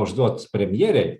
užduot premjerei